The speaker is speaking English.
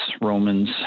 Romans